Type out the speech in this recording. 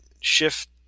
shift